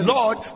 Lord